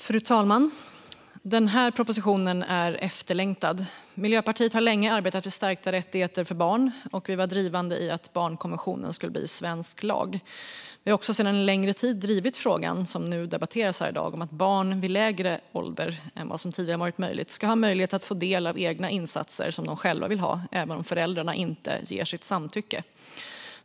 Fru talman! Denna proposition är efterlängtad. Miljöpartiet har länge arbetat för stärkta rättigheter för barn, och vi var drivande i att barnkonventionen skulle bli svensk lag. Vi har också en längre tid drivit den fråga som debatteras här i dag om att barn vid lägre ålder än vad som tidigare har varit möjligt ska ha möjlighet att få del av egna insatser som de själva vill ha, även om föräldrarna inte ger sitt samtycke.